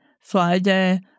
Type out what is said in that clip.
Friday